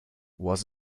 was